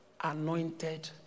anointed